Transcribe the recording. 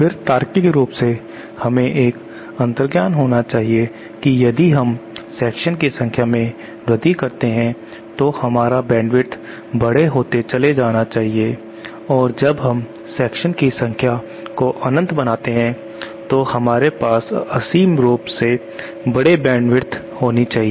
फिर तार्किक रूप से हमें एक अंतर्ज्ञान होना चाहिए कि यदि हम सेक्शन की संख्या में वृद्धि करते हैं तो हमारा बैंडविथ बड़े होते चले जाना चाहिए और तब जब हम सेक्शन की संख्या को अनंत बनाते हैं तो हमारे पास असीम रूप से बड़े बेंडविथ होनी चाहिए